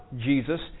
Jesus